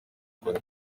ukuri